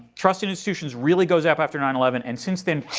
trust in institutions really goes up after nine eleven. and since then,